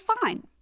fine